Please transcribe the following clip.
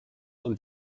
und